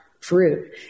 fruit